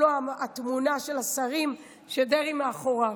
לו התמונה של השרים כשדרעי מאחוריו.